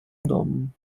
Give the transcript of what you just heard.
домом